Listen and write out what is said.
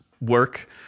work